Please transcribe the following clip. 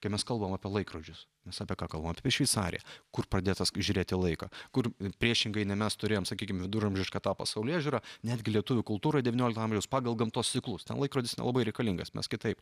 kai mes kalbam apie laikrodžius mes apie ką galvojam tai šveicarija kur pradėta žiūrėt į laiką kur priešingai nei mes turėjom sakykime viduramžišką tą pasaulėžiūrą netgi lietuvių kultūrą devyniolikto amžiaus pagal gamtos ciklus tan laikrodis nelabai reikalingas nes kitaip